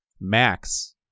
Max